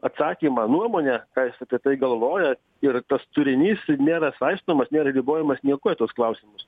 atsakymą nuomonę ką jis apie tai galvoja ir tas turinys nėra saistomas nėra ribojamas niekuo į tuos klausimus